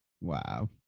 Wow